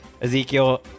Ezekiel